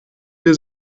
viel